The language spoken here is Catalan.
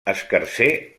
escarser